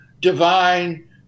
divine